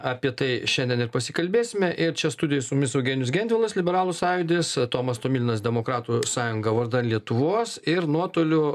apie tai šiandien ir pasikalbėsime ir čia studijoj su mumis eugenijus gentvilas liberalų sąjūdis tomas tomilinas demokratų sąjunga vardan lietuvos ir nuotoliu